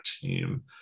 team